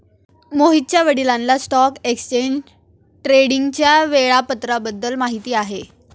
मोहितच्या वडिलांना stock exchange ट्रेडिंगच्या वेळापत्रकाबद्दल माहिती आहे